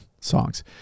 songs